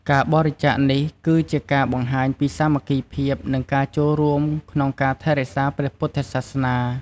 ការបរិច្ចាគនេះ គឺជាការបង្ហាញពីសាមគ្គីភាព និងការរួបរួមគ្នាក្នុងការថែរក្សាព្រះពុទ្ធសាសនា។